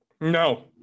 no